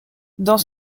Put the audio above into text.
dans